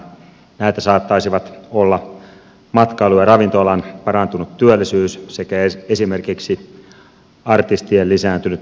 näitä saattaisivat olla matkailu ja ravintola alan parantunut työllisyys sekä esimerkiksi artistien lisääntynyt keikkamyyntikysyntä